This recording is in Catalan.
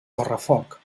correfoc